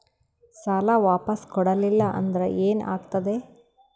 ಸಾಲ ವಾಪಸ್ ಕೊಡಲಿಲ್ಲ ಅಂದ್ರ ಏನ ಆಗ್ತದೆ?